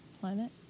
planet